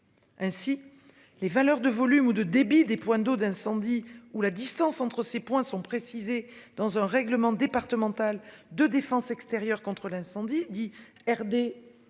Ainsi, les valeurs de volume ou de débit des points d'eau d'incendie ou la distance entre ces points sont précisées dans un règlement départemental de défense extérieure contre l'incendie dit RD